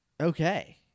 Okay